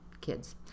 kids